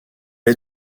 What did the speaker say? est